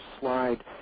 slide